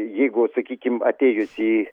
jeigu sakykim atėjus į